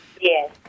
Yes